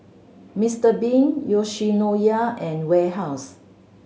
Mister Bean Yoshinoya and Warehouse